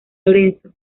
lorenzo